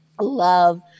love